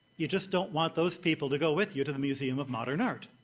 you just don't want those people to go with you to the museum of modern art.